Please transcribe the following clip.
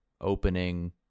opening